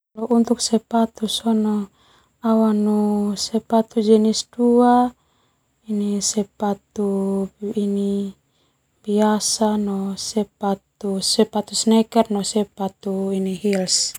Sepatu jenis dua sepatu sneaker no sepatu heels.